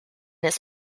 his